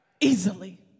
easily